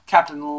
Captain